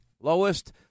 Lowest